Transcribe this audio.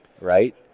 right